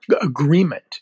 agreement